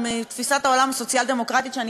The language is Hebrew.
בתפיסת העולם הסוציאל-דמוקרטית שאני